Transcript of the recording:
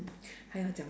还要讲